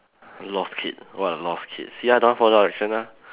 lost kid what a lost kid see ah don't want follow direction lah